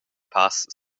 pass